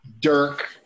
Dirk